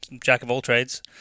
jack-of-all-trades